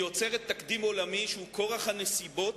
היא יוצרת תקדים עולמי, שהוא כורח הנסיבות.